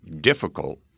difficult